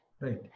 right